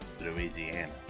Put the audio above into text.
Louisiana